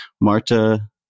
Marta